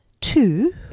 two